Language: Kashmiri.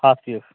ہَتھ پیٖس